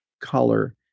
color